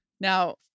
Now